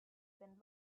been